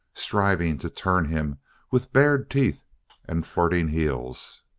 striving to turn him with bared teeth and flirting heels.